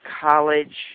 college